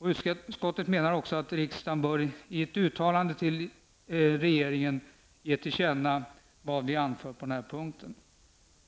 Utskottet menar att riksdagen bör i ett uttalande ge regeringen till känna vad som anförts på den här punkten.